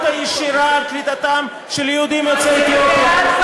הישירה על קליטתם של יהודים יוצאי אתיופיה.